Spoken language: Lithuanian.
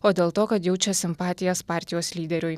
o dėl to kad jaučia simpatijas partijos lyderiui